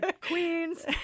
Queens